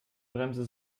bremse